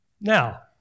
Now